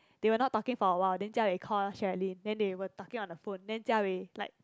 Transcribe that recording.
they were not talking for awhile then jia wei call Sherilyn then they were talking on the phone then jia wei like